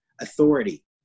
authority